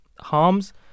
harms